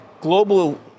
global